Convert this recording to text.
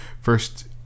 first